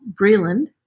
Breland